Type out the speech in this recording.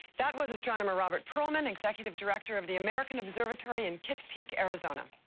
that was astronomer robert pearlman executive director of the american observatory in kitt peak, arizona.